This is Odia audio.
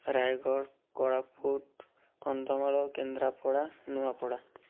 ରାୟଗଡ଼ କୋରାପୁଟ କନ୍ଧମାଳ କେନ୍ଦ୍ରାପଡ଼ା ନୂଆପଡ଼ା